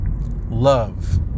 love